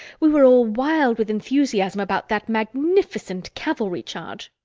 we were all wild with enthusiasm about that magnificent cavalry charge.